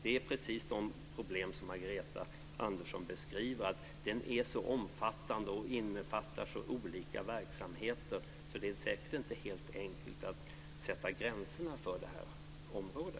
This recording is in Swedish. Det är fråga om just de problem som Margareta Andersson beskriver - att det här är så omfattande och innefattar så olika verksamheter att det säkert inte är helt enkelt att sätta gränser för detta område.